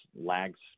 lags